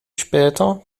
später